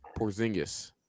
Porzingis